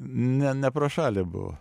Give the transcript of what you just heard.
ne ne pro šalį buvo